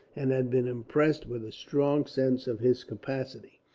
and had been impressed with a strong sense of his capacity,